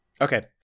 Okay